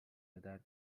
بدرد